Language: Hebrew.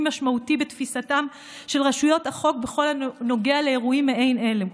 משמעותי בתפיסתן של רשויות החוק בכל הנוגע לאירועים מעין אלה.